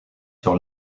sur